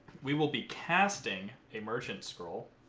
we will be casting immersion school.